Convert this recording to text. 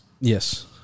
Yes